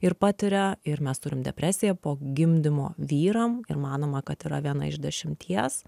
ir patiria ir mes turim depresiją po gimdymo vyram ir manoma kad yra viena iš dešimties